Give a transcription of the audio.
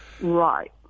Right